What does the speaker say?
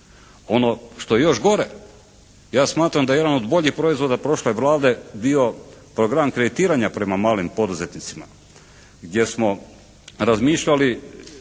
Ono što je još gore ja smatram da je jedan od boljih proizvoda prošle Vlade bio program kreditiranja prema malim poduzetnicima gdje smo razmišljali